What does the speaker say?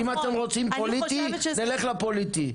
אם אתם רוצים את זה פוליטי, נלך לפוליטי.